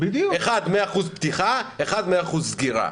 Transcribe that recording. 100% פתיחה אל מול 100% סגירה.